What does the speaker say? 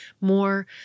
more